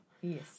Yes